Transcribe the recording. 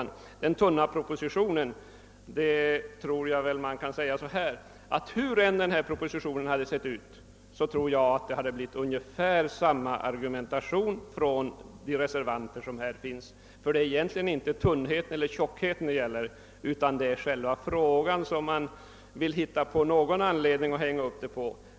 Vad den tunna propositionen beträffar tror jag mig kunna säga, att hur än propositionen sett ut, så hade reservanterna fört ungefär samma argumentation. Det beror nämligen inte på hur tunn eller hur tjock en proposition är — man hittar alltid något att hänga upp kritiken på.